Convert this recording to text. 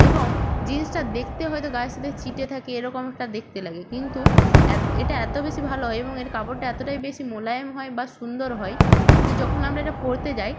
এবং জিন্সটা দেখতে হয়তো গায়ের সাথে চিটে থাকে এরকম একটা দেখতে লাগে কিন্তু এত এটা এতো বেশি ভালো এবং এর কাপড়টা এতোটাই বেশি মোলায়েম হয় বা সুন্দর হয় যে যখন আমরা এটা পরতে যাই